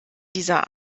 dieser